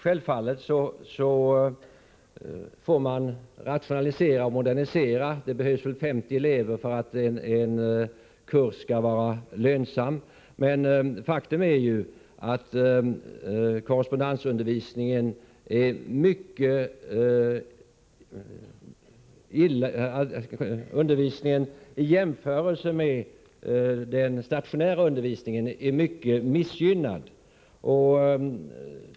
Självfallet får man rationalisera och modernisera. Det behövs ju 50 elever för att en kurs skall vara lönsam. Men faktum är att korrespondensundervisningen i jämförelse med den stationära undervisningen är mycket missgynnad.